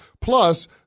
Plus